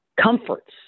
comforts